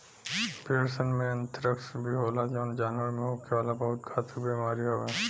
भेड़सन में एंथ्रेक्स भी होला जवन जानवर में होखे वाला बहुत घातक बेमारी हवे